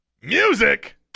music